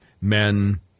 men